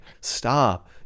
stop